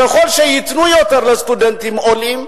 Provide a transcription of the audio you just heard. ככל שייתנו יותר לסטודנטים עולים,